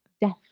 death